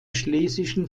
schlesischen